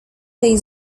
tej